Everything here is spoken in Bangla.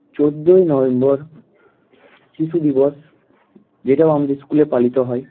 চোদ্দই নভেম্বর শিশু দিবস যেটাও আমাদের স্কুলে পালিত হয়